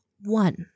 One